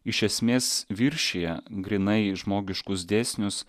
iš esmės viršija grynai žmogiškus dėsnius